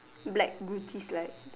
black gucci slacks